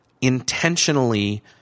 intentionally